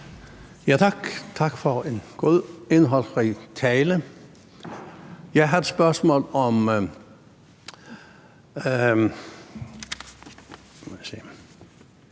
tak for en god og indholdsrig tale. Jeg har et spørgsmål om,